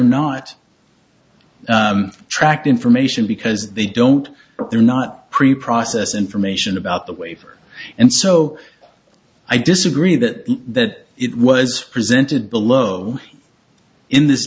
not tract information because they don't they're not preprocess information about the waiver and so i disagree that that it was presented below in this